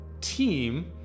team